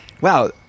wow